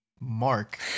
Mark